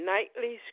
Nightly